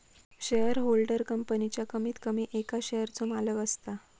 shareholder कंपनीच्या कमीत कमी एका शेयरचो मालक असता